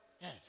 Yes